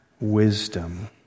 wisdom